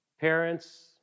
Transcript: Parents